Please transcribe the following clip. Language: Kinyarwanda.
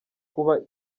kuba